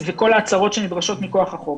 וכול ההצהרות שנדרשות מכוח החוק